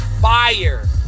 Fire